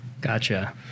Gotcha